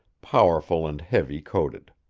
powerful and heavy coated.